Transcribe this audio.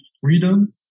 freedom